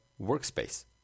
workspace